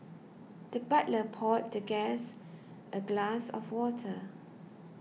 the butler poured the guest a glass of water